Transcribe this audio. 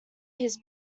his